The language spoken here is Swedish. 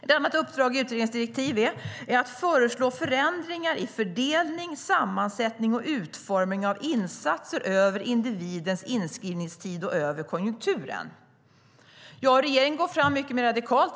Ett annat uppdrag i utredningens direktiv är att föreslå förändringar i fördelning, sammansättning och utformning av insatser över individens inskrivningstid och över konjunkturen. Ja, regeringen går fram mer radikalt.